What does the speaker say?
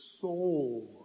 soul